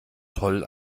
toll